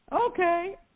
Okay